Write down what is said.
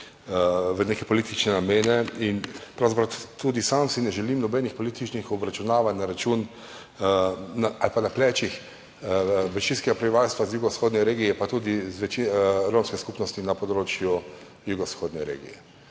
v neke politične namene. Pravzaprav si tudi sam ne želim nobenih političnih obračunavanj na plečih večinskega prebivalstva iz jugovzhodne regije, pa tudi romske skupnosti na področju jugovzhodne regije.